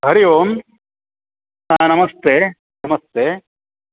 हरिः ओम् ह नमस्ते नमस्ते